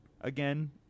again